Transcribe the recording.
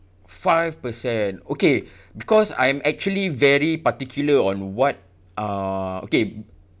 five percent okay because I'm actually very particular on what uh okay